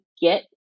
get